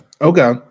Okay